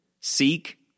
Seek